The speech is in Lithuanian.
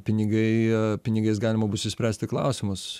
pinigai pinigais galima bus išspręsti klausimus